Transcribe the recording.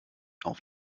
auf